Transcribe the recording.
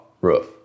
roof